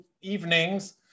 evenings